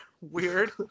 weird